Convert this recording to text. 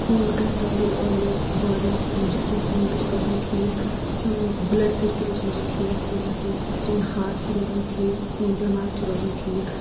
خوٗن کَرِ دَورٕ اورٕ یورٕ باڑی جِسٕم سون تہِ چھِ روزان ٹھیٖک سٲنۍ بٕلَڈ سٔرکُلیشَن چھ ٹھیٖک پٲٹھۍ گژھان سون ہاٹ چھُ روزان ٹھیٖک سون دٮ۪ماغ چھُ روزان ٹھیٖک